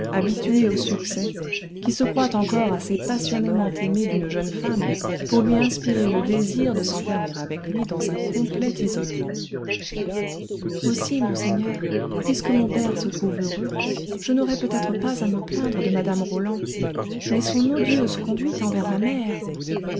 habitué au succès qui se croit encore assez passionnément aimé d'une jeune femme pour lui inspirer le désir de s'enfermer avec lui dans un complet isolement aussi monseigneur puisque mon père se trouve heureux je n'aurais peut-être pas à me plaindre de mme roland mais son odieuse conduite envers ma mère